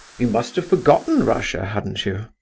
you must have forgotten russia, hadn't you?